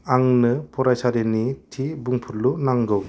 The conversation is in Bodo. आंनो फरायसालिनि थि बुंफोरलु नांगौ